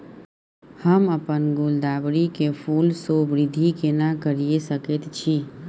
हम अपन गुलदाबरी के फूल सो वृद्धि केना करिये सकेत छी?